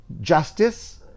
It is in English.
justice